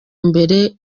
imbere